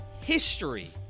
history